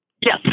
Yes